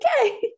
okay